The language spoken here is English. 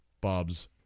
Bob's